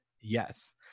Yes